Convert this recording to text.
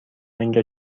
اینجا